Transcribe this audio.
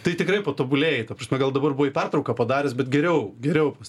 tai tikrai patobulėjai ta prasme gal dabar pertrauką padaręs bet geriau geriau pas